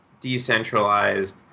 decentralized